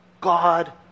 God